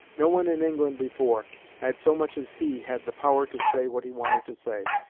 no one in england before had so much as he had the power to say what he wanted to say,